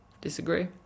Disagree